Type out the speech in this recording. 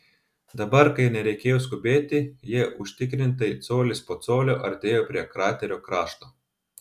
dabar kai nereikėjo skubėti jie užtikrintai colis po colio artėjo prie kraterio krašto